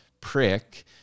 prick